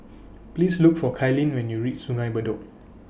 Please Look For Kailyn when YOU REACH Sungei Bedok